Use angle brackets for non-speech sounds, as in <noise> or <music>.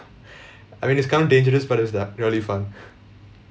I mean it's kind of dangerous but it was that really fun <breath>